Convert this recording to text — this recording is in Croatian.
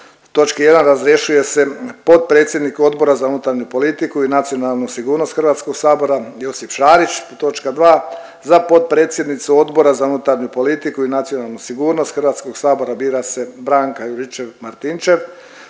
točki 1 razrješuje se potpredsjednik Odbora za unutarnju politiku i nacionalnu sigurnost HS-a Josip Šarić. Točka 2, za potpredsjednicu Odbora za unutarnju politiku i nacionalnu sigurnost HS-a bira se Branka Juričev-Martinčev.